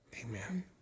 amen